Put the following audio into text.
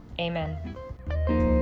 amen